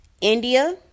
India